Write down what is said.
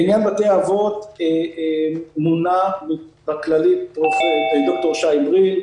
לעניין בתי האבות מונה בכללית ד"ר שי בריל,